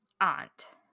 aunt